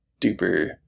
duper